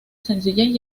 sencillez